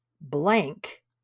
blank